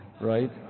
right